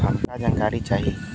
हमका जानकारी चाही?